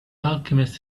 alchemist